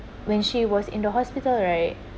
when she was in the hospital right